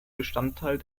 bestandteil